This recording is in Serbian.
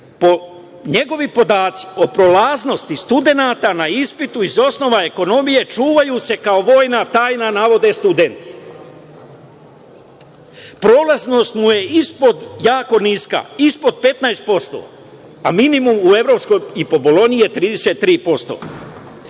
ocene. Njegovi podaci o prolaznosti studenata na ispitu iz osnova ekonomije čuvaju se kao vojna tajna, navode studenti. Prolaznost mu je jako niska, ispod 15%, a minimum i po Bolonji je 33%.